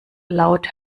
laut